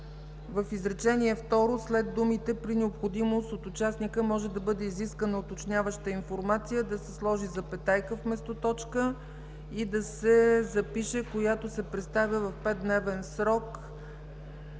В изречение второ след думите „при необходимост от участника може да бъде изискана уточняваща информация” да се сложи запетайка вместо точка и да се запише: „която се представя в петдневен срок”,